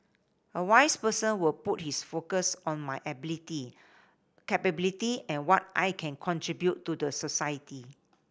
a wise person will put his focus on my ability capability and what I can contribute to the society